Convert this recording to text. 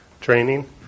training